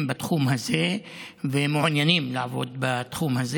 בתחום הזה והם מעוניינים לעבוד בתחום הזה.